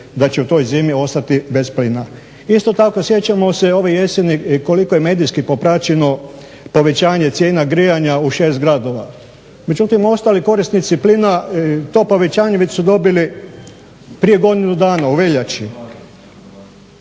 da će u toj zimi ostati bez plina. Isto tako sjećamo se ove jeseni koliko je medijski popraćeno povećanje cijena grijanja u 6 gradova. Međutim, ostali korisnici plina to povećanje već su dobili prije godinu dana u veljači.